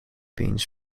beans